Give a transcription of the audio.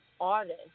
artist